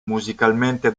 musicalmente